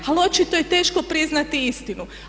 Ali očito je teško priznati istinu.